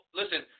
listen